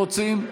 לכספים רוצים?